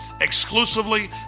exclusively